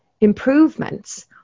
improvements